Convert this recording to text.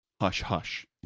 hush-hush